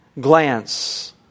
glance